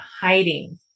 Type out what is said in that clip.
hiding